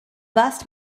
vast